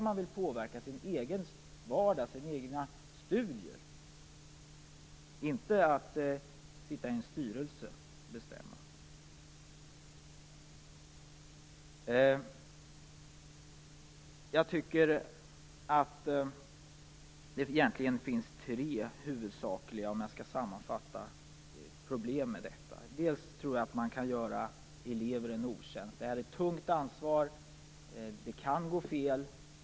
Man vill påverka sin egen vardag och sina egna studier, inte sitta och bestämma i en styrelse. Jag tycker, för att sammanfatta mitt resonemang, att det egentligen finns tre huvudsakliga problem med detta. Man kan för det första i detta sammanhang göra elever en otjänst. Det är fråga om ett tungt ansvar. Det kan gå fel.